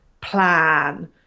plan